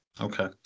Okay